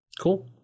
Cool